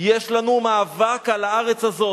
יש לנו מאבק על הארץ הזאת,